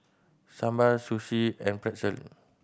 Sambar Sushi and Pretzel